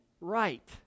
right